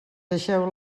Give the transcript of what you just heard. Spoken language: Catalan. deixeu